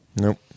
Nope